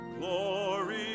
Glory